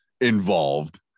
involved